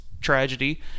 tragedy